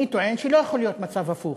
אני טוען שלא יכול להיות מצב הפוך,